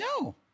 No